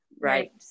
right